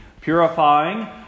purifying